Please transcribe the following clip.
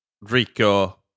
Rico